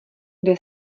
kde